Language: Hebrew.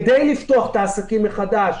כדי לפתוח את העסקים מחדש,